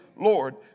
Lord